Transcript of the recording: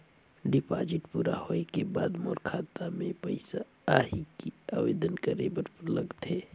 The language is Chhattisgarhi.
डिपॉजिट पूरा होय के बाद मोर खाता मे पइसा आही कि आवेदन करे बर लगथे?